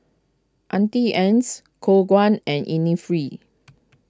Auntie Ann's Khong Guan and Innisfree